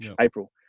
April